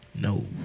No